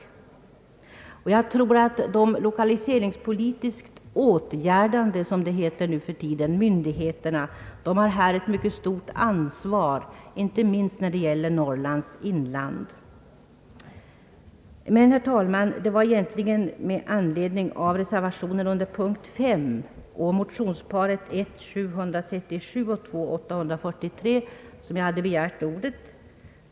De lokaliserings politiskt åtgärdande — som det heter nu för tiden — myndigheterna har här ett mycket stort ansvar, inte minst när det gäller Norrlands inland. Men, herr talman, det var egentligen med anledning av reservationen under punkten M och motionsparet I: 737 och II: 843 som jag hade begärt ordet.